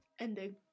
ending